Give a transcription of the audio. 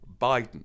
Biden